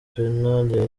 penal